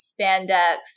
spandex